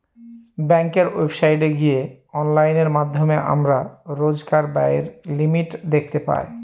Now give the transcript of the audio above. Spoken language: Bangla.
ব্যাঙ্কের ওয়েবসাইটে গিয়ে অনলাইনের মাধ্যমে আমরা রোজকার ব্যায়ের লিমিট দেখতে পাই